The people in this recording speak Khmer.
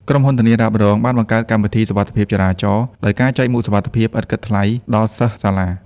ក្រុមហ៊ុនធានារ៉ាប់រងបានបង្កើតកម្មវិធី សុវត្ថិភាពចរាចរណ៍ ដោយការចែកមួកសុវត្ថិភាពឥតគិតថ្លៃដល់សិស្សសាលា។